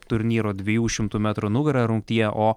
turnyro dviejų šimtų metrų nugara rungtyje o